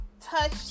touch